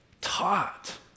taught